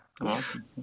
awesome